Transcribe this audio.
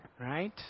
right